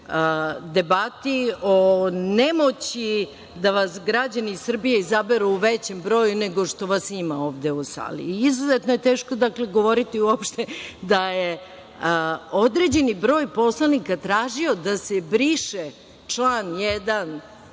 debati o nemoći da vas građani Srbije izaberu u većem broju nego što vas ima ovde u sali. Dakle, izuzetno je teško govoriti uopšte da je određeni broj poslanika tražio da se briše član 1.